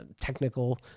technical